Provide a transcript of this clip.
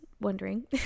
wondering